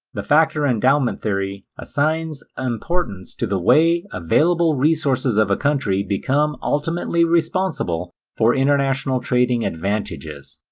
the factor-endowment theory assigns importance to the way available resources of a country become ultimately responsible for international trading advantages.